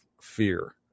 fear